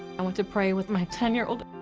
i went to pray with my ten year old.